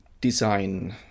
design